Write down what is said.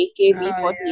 AKB48